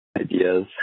ideas